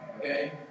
Okay